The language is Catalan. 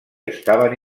estaven